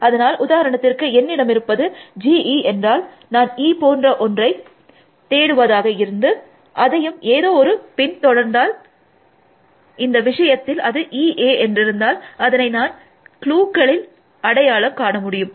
அதனால் உதாரணத்திற்கு என்னிடமிருப்பது G E என்றால் நான் E போன்ற ஒன்றை தேடுவதாக இருந்து அதையும் எதோ ஒன்று பின் தொடர்ந்தால் இந்த விஷயத்தில் அது E A என்றிருந்தால் அதனை நான் க்ளூக்களில் அடையாளம் காண முடியும்